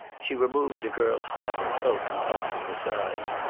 she removed the girl's hat and cloak and tossed them aside.